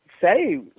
say